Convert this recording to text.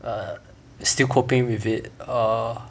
err still coping with it err